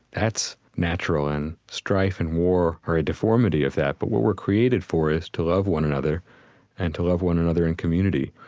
that's natural. and strife and war are a deformity of that. but what we're created for is to love one another and to love one another in community.